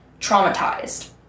traumatized